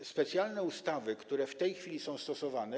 Są specjalne ustawy, które w tej chwili są stosowane.